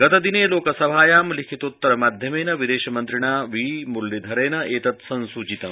गतदिने लोकसभायां लिखितोत्तरमाध्यमेन विदेशमन्त्रिणा श्री म्रलीधरेण एतत् संसूचितम्